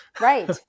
right